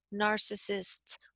narcissists